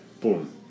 Boom